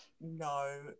No